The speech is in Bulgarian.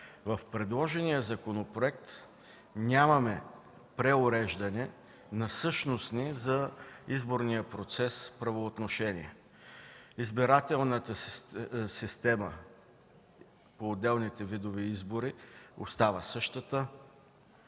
В предложения законопроект няма преуреждане на същностни за изборния процес правоотношения. Избирателната система по отделните видове избори остава същата.